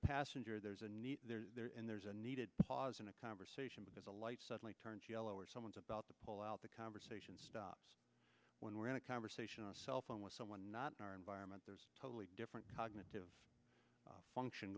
passenger there's a need and there's a needed pause in a conversation because the light suddenly turns yellow or someone's about to pull out the conversation stops when we're in a conversation on a cell phone with someone not in our environment there's a totally different cognitive function